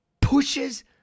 pushes